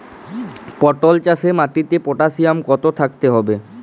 পটল চাষে মাটিতে পটাশিয়াম কত থাকতে হবে?